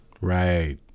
Right